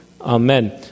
Amen